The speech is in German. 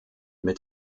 mit